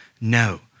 no